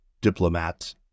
diplomats